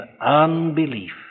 unbelief